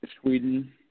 Sweden